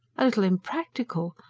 a little unpractical.